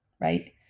right